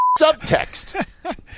subtext